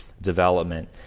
development